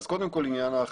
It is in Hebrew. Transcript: אז קודם כל עניין ההכנסות.